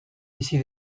bizi